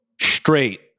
straight